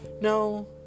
No